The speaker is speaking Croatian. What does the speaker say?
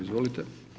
Izvolite.